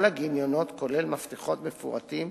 כל הגיליונות, כולל מפתחות מפורטים,